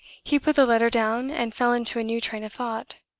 he put the letter down, and fell into a new train of thought.